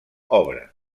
obra